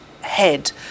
head